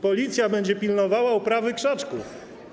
Policja będzie pilnowała uprawy krzaczków.